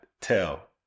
tell